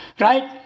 Right